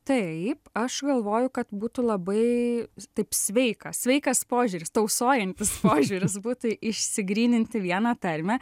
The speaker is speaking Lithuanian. taip aš galvoju kad būtų labai taip sveika sveikas požiūris tausojantis požiūris būtų išsigryninti vieną tarmę